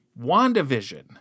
WandaVision